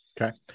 Okay